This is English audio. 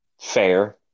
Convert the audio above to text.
fair